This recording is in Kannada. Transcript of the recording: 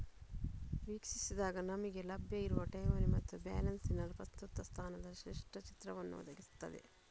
ವೀಕ್ಷಿಸಿದಾಗ ನಮಿಗೆ ಲಭ್ಯ ಇರುವ ಠೇವಣಿ ಮತ್ತೆ ಬ್ಯಾಲೆನ್ಸಿನ ಪ್ರಸ್ತುತ ಸ್ಥಾನದ ಸ್ಪಷ್ಟ ಚಿತ್ರಣವನ್ನ ಒದಗಿಸ್ತದೆ